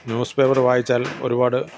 news paper വായിച്ചാൽ ഒരുപാട്